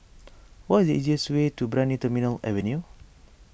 what is the easiest way to Brani Terminal Avenue